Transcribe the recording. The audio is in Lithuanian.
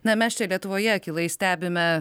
na mes čia lietuvoje akylai stebime